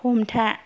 हमथा